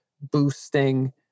boosting